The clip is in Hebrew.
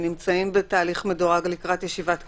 הם נמצאים בתהליך מדורג לקראת ישיבת קבע.